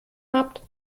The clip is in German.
habt